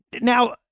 Now